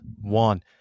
one